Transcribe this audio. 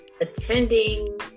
attending